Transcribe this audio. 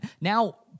Now